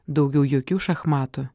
daugiau jokių šachmatų